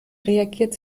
reagiert